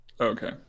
Okay